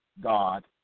God